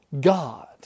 God